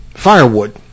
firewood